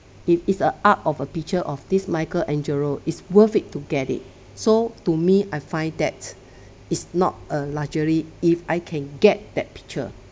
it is an art of a picture of this michelangelo is worth it to get it so to me I find that it's not a luxury if I can get that picture